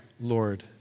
Lord